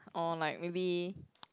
or like maybe